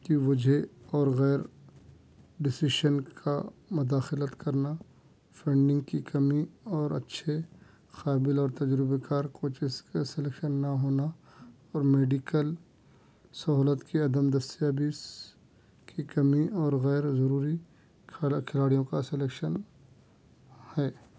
کی وجہ اور غیر ڈسیشن کا مداخلت کرنا فنڈنگ کی کمی اور اچھے قابل اور تجربہ کار کوچیز کا سلیکشن نہ ہونا اور میڈیکل سہولت کے عدم دس یا بیس کی کمی اور غیرضروری خراب کھلاڑیوں کا سلیکشن ہے